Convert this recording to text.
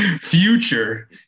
Future